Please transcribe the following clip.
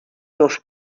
meus